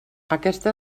aquesta